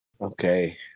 Okay